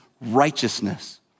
righteousness